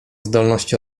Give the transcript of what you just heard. zdolności